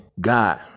God